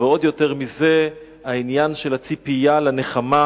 ועוד יותר מזה העניין של הציפייה לנחמה,